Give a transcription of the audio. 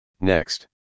Next